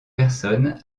personne